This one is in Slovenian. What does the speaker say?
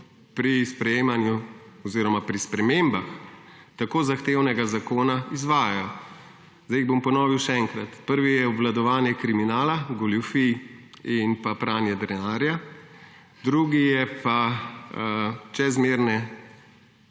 pri sprejemanju oziroma pri spremembah tako zahtevnega zakona izvajajo. Zdaj ju bom ponovil še enkrat. Prvi je obvladovanje kriminala, goljufij in pranja denarja, drugi pa čezmerne